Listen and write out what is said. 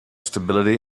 stability